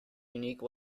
unique